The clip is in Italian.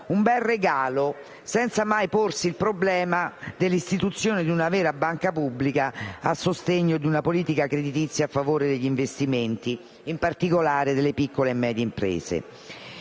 un bel regalo, senza mai porsi il problema dell'istituzione di una vera banca pubblica a sostegno di una politica creditizia a favore degli investimenti, in particolare delle piccole e medie imprese.